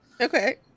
Okay